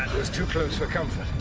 was too close for comfort.